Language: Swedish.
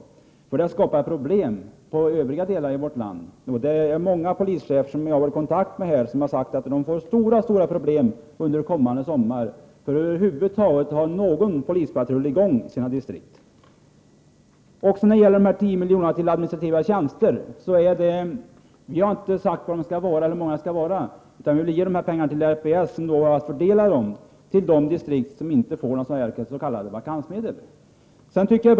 Kommenderingarna skapar problem i andra delar av vårt land. Jag har varit i förbindelse med många polischefer och de har sagt att de får mycket stora problem under den kommande sommaren för att över huvud taget kunna ha någon polispatrull i gång i distrikten. Beträffande de 10 miljonerna för administrativa tjänster vill jag framhålla att vi inte har sagt hur många tjänster det skall röra sig om. Vi vill ge pengarna till RPS, som har att förmedla pengarna till de distrikt som inte får s.k. vakansmedel.